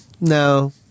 No